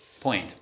point